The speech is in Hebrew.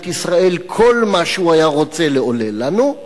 ישראל כל מה שהוא היה רוצה לעולל לנו,